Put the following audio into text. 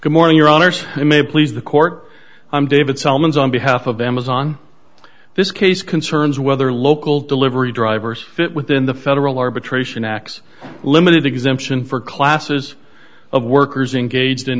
good morning your honor may please the court i'm david solomons on behalf of amazon this case concerns whether local delivery drivers fit within the federal arbitration acts limited exemption for classes of workers engaged in